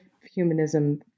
humanism